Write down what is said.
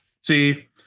See